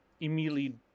immediately